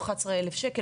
או 11 אלף שקל,